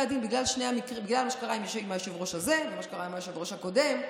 הדין בגלל מה שקרה עם היושב-ראש הזה ומה שקרה עם היושב-ראש הקודם.